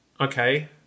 Okay